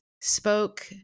spoke